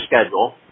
schedule